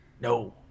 No